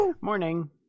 Morning